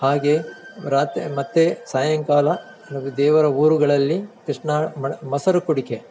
ಹಾಗೇ ರಾತ್ರಿ ಮತ್ತು ಸಾಯಂಕಾಲ ದೇವರ ಊರುಗಳಲ್ಲಿ ಕೃಷ್ಣ ಮೊಸರು ಕುಡಿಕೆ